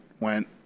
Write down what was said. went